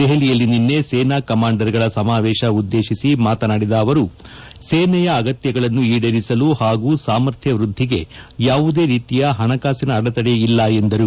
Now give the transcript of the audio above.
ದೆಹಲಿಯಲ್ಲಿ ನಿನ್ನೆ ಸೇನಾ ಕಮಾಂಡರ್ಗಳ ಸಮಾವೇತ ಉದ್ದೇಶಿಸಿ ಮಾತನಾಡಿದ ಅವರು ಸೇನೆಯ ಅಗತ್ಯಗಳನ್ನು ಈಡೇರಿಸಲು ಹಾಗೂ ಸಾಮರ್ಥ್ಲ ವೃದ್ದಿಗೆ ಯಾವುದೇ ರೀತಿಯ ಹಣಕಾಸಿನ ಅಡತಡೆ ಇಲ್ಲ ಎಂದರು